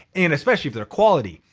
and especially, if they're quality.